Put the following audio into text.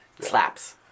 slaps